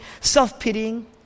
self-pitying